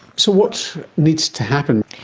so what needs to happen?